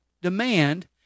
demand